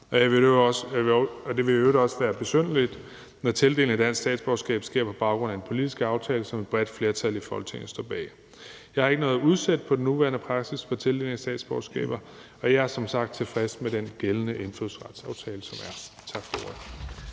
og det ville i øvrigt også være besynderligt, når tildeling af statsborgerskab sker på baggrund af en politisk aftale, som et bredt flertal i Folketinget står bag. Jeg har ikke noget at udsætte på den nuværende praksis for tildeling af statsborgerskaber, og jeg er som sagt tilfreds med den gældende indfødsretsaftale. Tak for ordet.